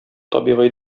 табигый